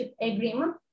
agreement